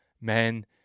men